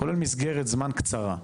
כולל מסגרת זמן קצרה,